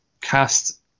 cast